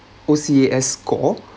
O_C_A_S score